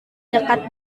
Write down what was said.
dekat